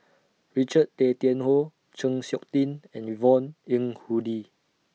Richard Tay Tian Hoe Chng Seok Tin and Yvonne Ng Uhde